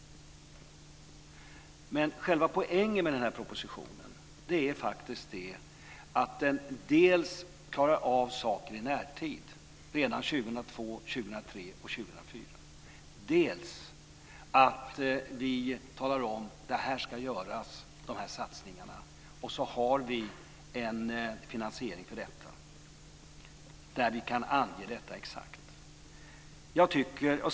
Men själva poängen med denna proposition är faktiskt dels att den klarar av saker i närtid, redan 2002, 2003 och 2004, dels att vi talar om att dessa satsningar ska göras och att vi sedan har en finansiering där vi kan ange detta exakt.